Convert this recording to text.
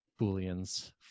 booleans